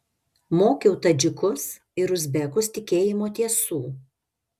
mokiau tadžikus ir uzbekus tikėjimo tiesų